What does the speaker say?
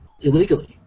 illegally